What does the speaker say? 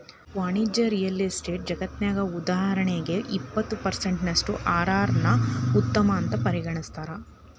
ವಾಣಿಜ್ಯ real estate ಜಗತ್ನ್ಯಗ, ಉದಾಹರಣಿಗೆ, ಇಪ್ಪತ್ತು ಪರ್ಸೆನ್ಟಿನಷ್ಟು ಅರ್.ಅರ್ ನ್ನ ಉತ್ತಮ ಅಂತ್ ಪರಿಗಣಿಸ್ತಾರ